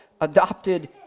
adopted